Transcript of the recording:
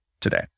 today